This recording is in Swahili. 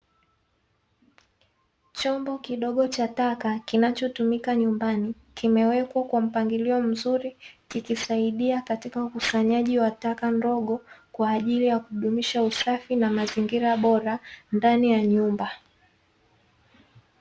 Chombo kidogo cha taka kinachotumika nyumbani kwaajili ya kuhifadhia taka kimewekwa kwa mpangilio mzuri kwa ajili yakukusanya taka ndogo kwaajili ya kudumisha usafi na mazingira ndani ya nyumba